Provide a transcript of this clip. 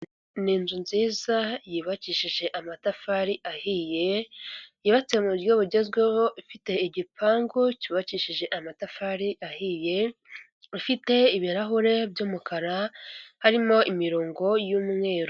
Ni inzu nziza yubakishije amatafari ahiye, yubatse mu buryo bugezweho ifite igipangu cyubakishije amatafari ahiye ifite ibirahure by'umukara harimo imirongo y'umweru.